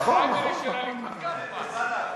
נכון, נכון.